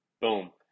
Boom